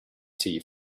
tea